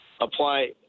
apply